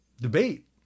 debate